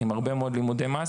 עם הרבה מאוד לימודי מס.